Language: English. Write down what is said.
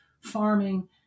farming